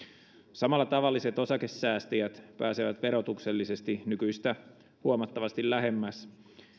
samalla tavalliset osakesäästäjät pääsevät verotuksellisesti nykyistä huomattavasti lähemmäs